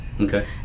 Okay